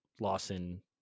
Lawson